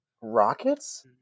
Rockets